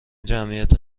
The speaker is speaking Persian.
جمعیت